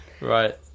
Right